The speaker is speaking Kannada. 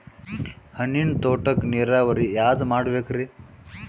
ಹಣ್ಣಿನ್ ತೋಟಕ್ಕ ನೀರಾವರಿ ಯಾದ ಮಾಡಬೇಕ್ರಿ?